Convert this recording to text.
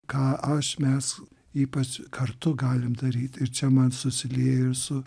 ką aš mes ypač kartu galim daryt ir čia man susilieja ir su